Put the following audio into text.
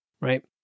right